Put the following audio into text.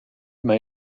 may